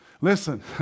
Listen